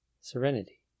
Serenity